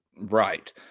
Right